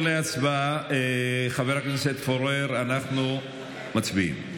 חבר הכנסת פורר, אנחנו מצביעים.